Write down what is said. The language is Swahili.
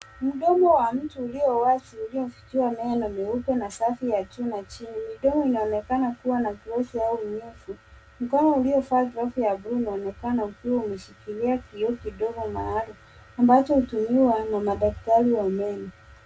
Mdomo wa mtu ulio wazi, uliofichua meno meupe na safi ya juu na chini. Midomo inaonekana kuwa na glose au unyevu. Mkono uliovaa glovu ya bluu unaonekana ukiwa umeshikilia kioo kidogo maalumu, ambacho hutumiwa na madaktari wa meno.